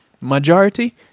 Majority